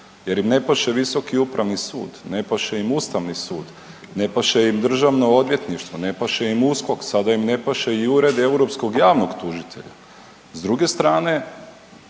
jer im ne paše Visoki upravni sud, ne paše im Ustavni sud, ne paše im DORH, ne paše im USKOK, sada im ne paše i Ured europskog javnog tužitelja. S druge strane,